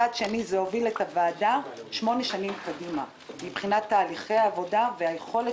זה הוביל את הוועדה שמונה שנים קדימה מבחינת תהליכי העבודה והיכולת